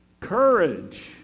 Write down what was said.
Courage